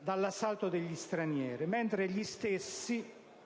dall'assalto degli stranieri, mentre gli stessi